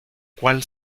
cual